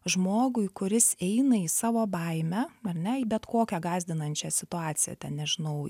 žmogui kuris eina į savo baimę ar ne į bet kokią gąsdinančią situaciją ten nežinau